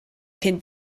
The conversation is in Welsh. cyn